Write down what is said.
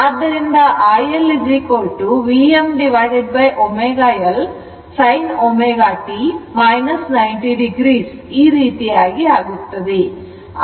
ಆದ್ದರಿಂದ iL Vmω L sin ω t 90 o ಈ ರೀತಿಯಾಗಿ ಆಗುತ್ತದೆ